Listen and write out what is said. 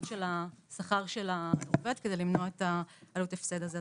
של השכר של העובד כדי למנוע את ההפסד הזה.